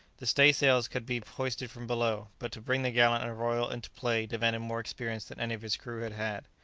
the stay-sails could be hoisted from below, but to bring the gallant and royal into play demanded more experience than any of his crew had had.